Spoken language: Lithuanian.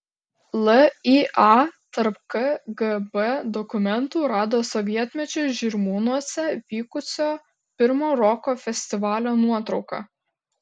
lya tarp kgb dokumentų rado sovietmečiu žirmūnuose vykusio pirmo roko festivalio nuotrauką